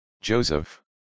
Joseph